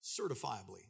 Certifiably